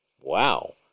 Wow